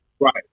Right